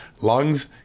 lungs